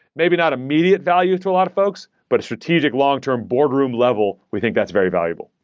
maybe not immediate value to a lot of folks, but a strategic long-term boardroom level, we think that's very valuable.